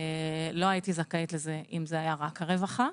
לא הייתי זכאית לזה אם זה היה רק הרווחה.